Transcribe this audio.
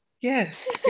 Yes